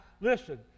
listen